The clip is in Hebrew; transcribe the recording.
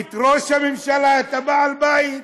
את ראש הממשלה, את בעל הבית.